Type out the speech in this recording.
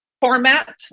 format